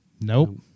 Nope